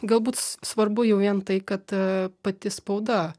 galbūt s svarbu jau vien tai kad pati spauda